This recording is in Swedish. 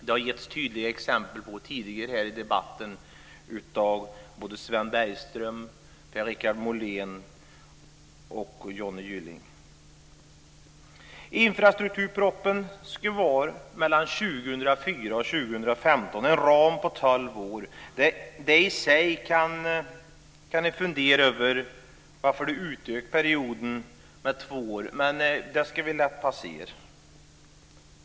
Det har det getts tydliga exempel på tidigare här i debatten av såväl Sven Bergström och Per-Richard 2015, en ram på tolv år. Man kan i sig fundera över varför perioden utökas med två år, men det ska vi låta passera.